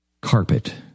carpet